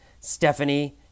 Stephanie